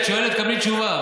את שואלת, קבלי תשובה.